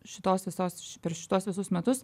šitos visos per šituos visus metus